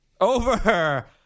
Over